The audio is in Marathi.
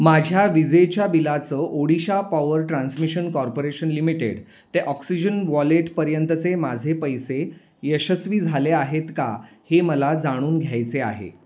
माझ्या विजेच्या बिलाचं Odisha power transmission corporation limited ते ऑक्सिजन वॉलेटपर्यंतचे माझे पैसे यशस्वी झाले आहेत का हे मला जाणून घ्यायचे आहे